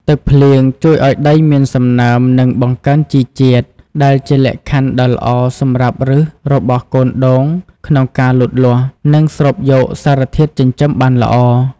ទឹកភ្លៀងជួយឲ្យដីមានសំណើម និងបង្កើនជីជាតិ ដែលជាលក្ខខណ្ឌដ៏ល្អសម្រាប់ឫសរបស់កូនដូងក្នុងការលូតលាស់ និងស្រូបយកសារធាតុចិញ្ចឹមបានល្អ។